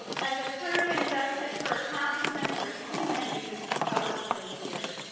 as attorney and justice her accomplishments are too many to cover fully here,